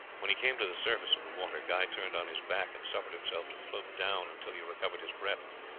when he came to the surface of the water guy turned on his back and suffered himself to float down until he recovered his breath.